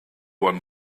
one